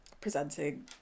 presenting